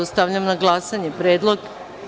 Stavljam na glasanje predlog.